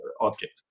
object